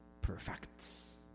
perfects